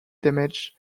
damaged